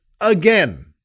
again